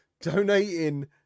donating